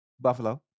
Buffalo